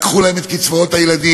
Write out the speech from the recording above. לקחו להם את קצבאות הילדים,